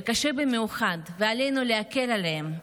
וקשה במיוחד, ועלינו להקל עליהם.